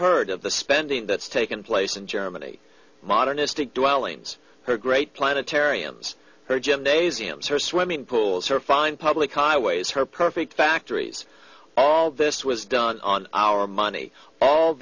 heard of the spending that's taken place in germany modernistic dwellings her great planetariums her gymnasiums her swimming pools her fine public highways her perfect factories all this was done on our money all